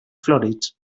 florits